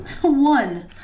One